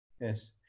Yes